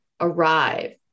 arrive